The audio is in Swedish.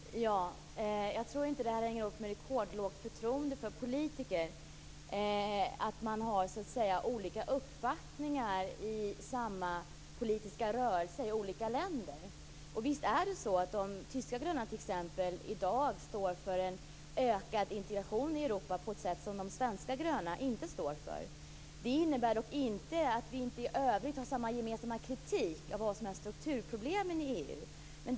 Fru talman! Jag tror inte att det hänger ihop med rekordlågt förtroende för politiker att man har olika uppfattningar i olika länder inom samma politiska rörelse. Visst är det så att de tyska gröna t.ex. i dag står för en ökad integration i Europa på ett sätt som de svenska gröna inte står för. Det innebär dock inte att vi inte i övrigt har samma gemensamma kritik av vad som är strukturproblemen i EU.